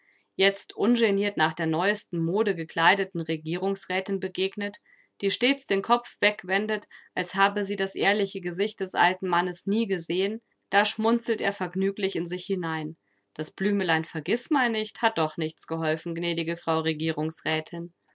jetzt ungeniert nach der neuesten mode gekleideten regierungsrätin begegnet die stets den kopf wegwendet als habe sie das ehrliche gesicht des alten mannes nie gesehen da schmunzelt er vergnüglich in sich hinein das blümelein vergißmeinnicht hat doch nichts geholfen gnädige frau